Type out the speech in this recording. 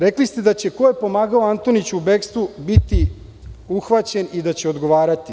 Rekli ste da će ko je pomagao Antoniću u bekstvu biti uhvaćen i da će odgovarati.